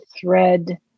thread